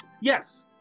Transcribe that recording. Yes